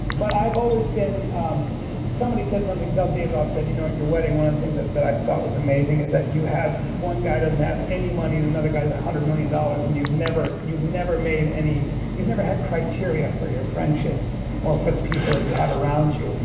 but i've always been um somebody said something dov davidoff said, you know, at your wedding, one of the things that that i thought was amazing is that you have one guy doesn't have any money, and another guy has one hundred million dollars, and you've never you've never made any you've never had criteria for your friendships or for the people that you have around you.